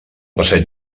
passeig